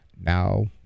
Now